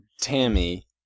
Tammy